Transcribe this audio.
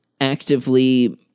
actively